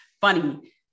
Funny